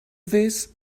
this